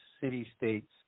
city-states